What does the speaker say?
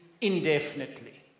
indefinitely